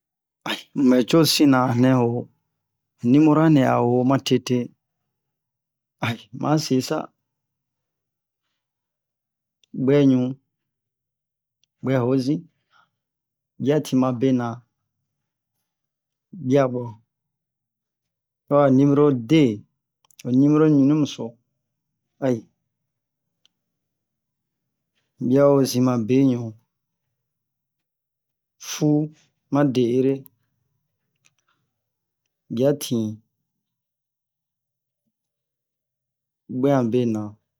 ayi muɛn co sina anɛ numerohanɛ matete ayi ma se sa ɓweɲu ɓwɛhozin ɓiatin ma bena ɓiaɓwɛ hoya mumero de ho numero ɲunum so ayi ɓwɛhozin ma beɲu fu ma deere biatin ɓwe ma bena